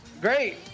Great